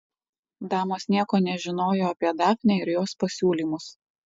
damos nieko nežinojo apie dafnę ir jos pasiūlymus